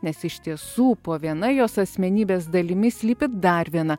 nes iš tiesų po viena jos asmenybės dalimi slypi dar viena